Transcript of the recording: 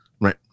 right